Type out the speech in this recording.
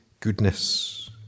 goodness